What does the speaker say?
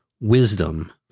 wisdom